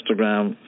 Instagram